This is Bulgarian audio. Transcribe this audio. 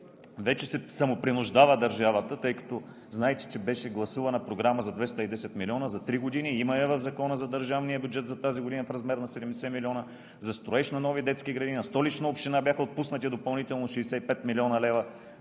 вече се самопринуждава, тъй като знаете, че беше гласувана програма за 210 милиона за три години. Има я в Закона за държавния бюджет за тази година в размер на 70 милиона за строеж на нови детски градини, на Столична община бяха отпуснати допълнително 65 млн. лв.